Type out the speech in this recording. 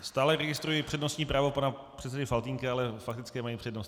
Stále registruji právo pana předsedy Faltýnka, ale faktické mají přednost.